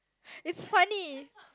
it's funny